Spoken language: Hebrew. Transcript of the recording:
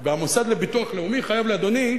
והמוסד לביטוח לאומי חייב לאדוני,